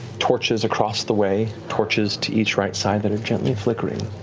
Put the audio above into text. torches across the way, torches to each right side that are gently flickering.